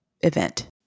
event